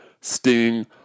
Sting